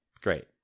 Great